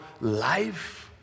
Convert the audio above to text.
life